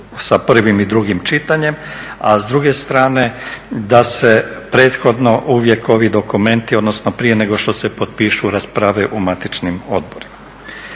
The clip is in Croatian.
sa prvim i drugim čitanjem, a s druge strane da se prethodno uvijek ovi dokumenti odnosno prije nego što se potpišu rasprave u matičnim odborima.